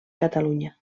catalunya